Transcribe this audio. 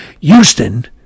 houston